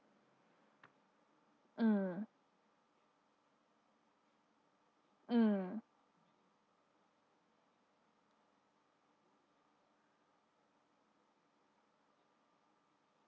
mm mm